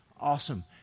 Awesome